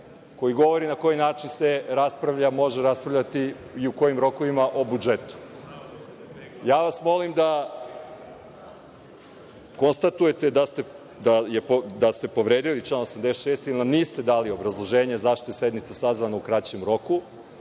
koji govori na koji način se raspravlja, može raspravljati i u kojim rokovima o budžetu. Ja vas molim da konstatujete da ste povredili član 86, jer nam niste dali obrazloženje zašto je sednica sazvana u kraćem roku